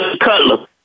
Cutler